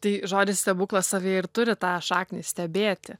tai žodis stebuklas savyje ir turi tą šaknį stebėti